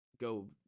go